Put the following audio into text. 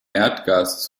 erdgas